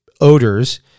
odors